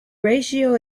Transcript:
ratio